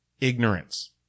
Ignorance